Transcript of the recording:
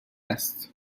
است